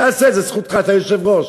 תעשה, זה זכותך, אתה יושב-ראש,